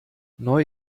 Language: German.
neu